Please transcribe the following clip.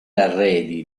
arredi